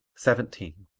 seventeen.